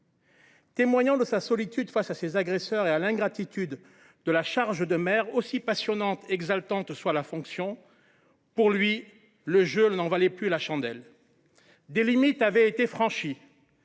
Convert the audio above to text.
témoignait ainsi de sa solitude face à ses agresseurs et de l’ingratitude de la charge de maire, aussi passionnante et exaltante soit la fonction. Pour lui, le jeu n’en valait plus la chandelle. Des limites avaient été franchies,